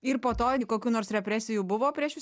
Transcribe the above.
ir po to kokių nors represijų buvo prieš jus